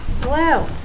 Hello